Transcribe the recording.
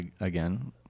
again